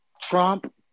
Trump